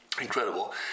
Incredible